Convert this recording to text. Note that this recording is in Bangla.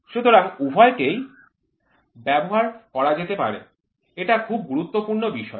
সুতরাং উভয়কেই ব্যবহার করা যেতে পারে এটা খুব গুরুত্বপূর্ণ বিষয়